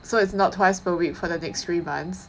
so it's not twice per week for the next three months